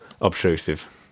obtrusive